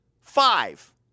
five